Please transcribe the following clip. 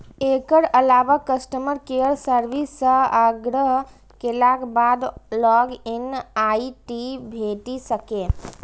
एकर अलावा customer care service सं आग्रह केलाक बाद लॉग इन आई.डी भेटि सकैए